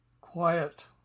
Quiet